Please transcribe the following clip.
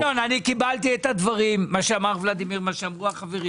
אני קיבלתי את הדברים שאמרו ולדימיר והחברים.